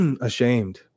ashamed